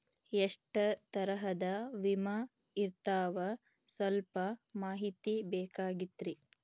ಎಷ್ಟ ತರಹದ ವಿಮಾ ಇರ್ತಾವ ಸಲ್ಪ ಮಾಹಿತಿ ಬೇಕಾಗಿತ್ರಿ